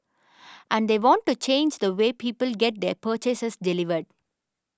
and they want to change the way people get their purchases delivered